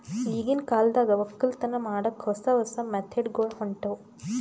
ಈಗಿನ್ ಕಾಲದಾಗ್ ವಕ್ಕಲತನ್ ಮಾಡಕ್ಕ್ ಹೊಸ ಹೊಸ ಮೆಥಡ್ ಗೊಳ್ ಹೊಂಟವ್